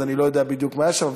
אז אני לא יודע בדיוק מה היה שם,